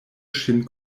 ŝin